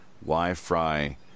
Wi-Fi